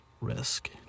risk